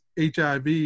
HIV